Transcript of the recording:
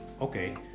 okay